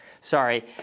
Sorry